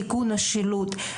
תיקון השילוט,